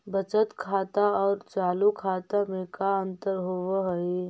बचत खाता और चालु खाता में का अंतर होव हइ?